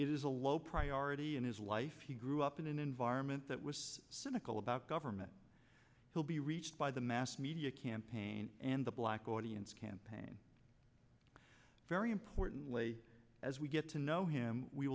it is a low priority in his life he grew up in an environment that was cynical about government will be reached by the mass media campaign and the black audience campaign very importantly as we get to know him we